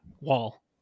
wall